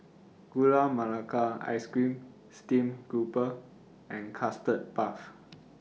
Gula Melaka Ice Cream Steamed Grouper and Custard Puff